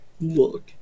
Look